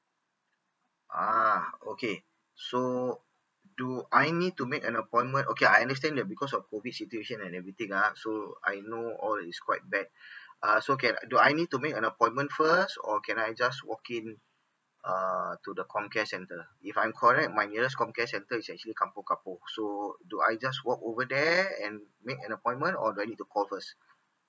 ah okay so do I need to make an appointment okay I understand that because of COVID situation and everything ah so I know all is quite bad uh so can do I need to make an appointment first or can I just walk in uh to the COMCARE center if I'm correct my nearest COMCARE center is actually kampung kapor so do I just walk over there and make an appointment or do I need to call first